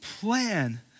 plan